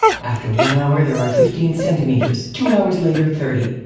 after one hour there are fifteen centimeters, two hours later, thirty.